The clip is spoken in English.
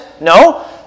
No